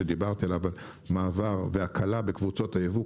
שדיברתי עליו על מעבר והקלה בקבוצות הייבוא.